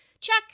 check